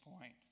Point